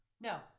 No